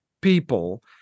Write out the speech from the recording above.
people